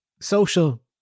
social